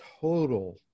total